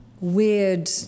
weird